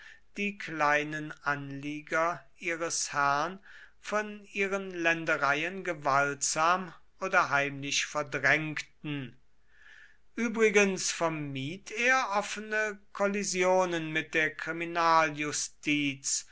die kleinen anlieger ihres herrn von ihren ländereien gewaltsam oder heimlich verdrängten übrigens vermied er offene kollisionen mit der